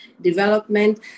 development